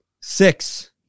Six